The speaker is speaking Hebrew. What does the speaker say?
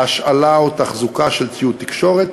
השאלה או תחזוקה של ציוד תקשורת